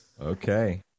Okay